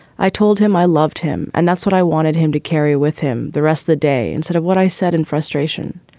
i told him loved him and that's what i wanted him to carry with him the rest of the day instead of what i said in frustration.